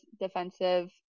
defensive